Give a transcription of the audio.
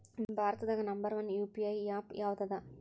ಭಾರತದಾಗ number one UPI app ಯಾವದದ